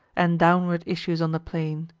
and downward issues on the plain.